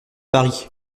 paris